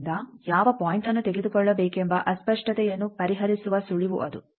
ಆದ್ದರಿಂದ ಯಾವ ಪಾಯಿಂಟ್ಅನ್ನು ತೆಗೆದುಕೊಳ್ಳಬೇಕೆಂಬ ಅಸ್ಪಷ್ಟತೆಯನ್ನು ಪರಿಹರಿಸುವ ಸುಳಿವು ಅದು